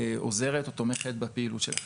עוזרת או תומכת בפעילות שלכם?